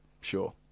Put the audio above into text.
Sure